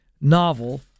novel